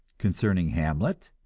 concerning hamlet,